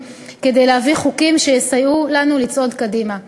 כדי להביא חוקים שיסייעו לנו לצעוד קדימה.